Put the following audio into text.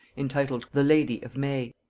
entitled the lady of may.